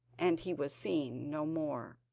and he was seen no more.